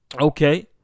Okay